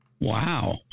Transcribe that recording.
Wow